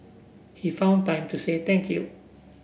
he found time to say thank you